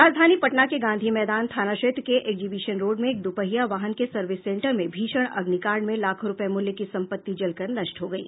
राजधानी पटना के गांधी मैदान थाना क्षेत्र के एक्जिबिशन रोड में एक द्रपहिया वाहन के सर्विस सेंटर में भीषण अग्निकांड में लाखों रुपये मुल्य की संपत्ति जलकर नष्ट हो गयी